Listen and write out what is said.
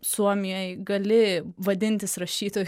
suomijoj gali vadintis rašytoju